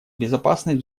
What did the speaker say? безопасность